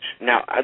Now